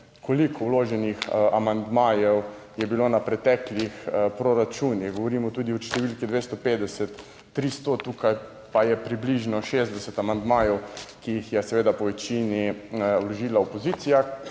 koliko vloženih amandmajev je bilo na preteklih proračunih, govorimo tudi o številki 250, 300, tukaj pa je približno 60 amandmajev, ki jih je seveda po večini vložila opozicija,